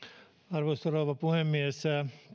arvoisa rouva puhemies